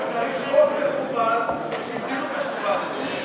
אבל צריך חוק מכובד בשביל דיון מכובד, אדוני.